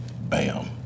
Bam